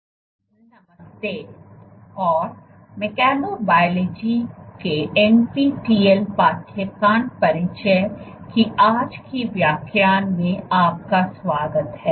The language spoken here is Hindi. नमस्ते और mechanobiology को एनपीटीईएल पाठ्यक्रम परिचय की आज की व्याख्यान में आपका स्वागत है